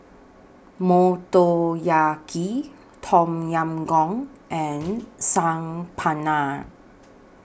Motoyaki Tom Yam Goong and Saag Paneer